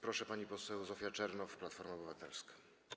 Proszę, pani poseł Zofia Czernow, Platforma Obywatelska.